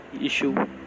issue